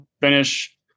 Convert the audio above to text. finish